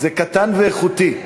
זה קטן ואיכותי.